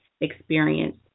Experience